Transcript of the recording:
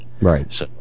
Right